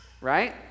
Right